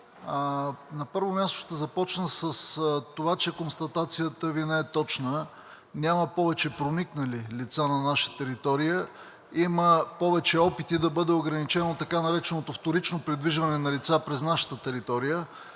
на първо място ще започна с това, че констатацията Ви не е точна. Няма повече проникнали лица на наша територия, има повече опити да бъде ограничено така нареченото вторично придвижване на лица през нашата територия.